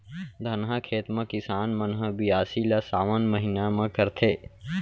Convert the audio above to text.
धनहा खेत म किसान मन ह बियासी ल सावन महिना म करथे